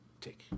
Take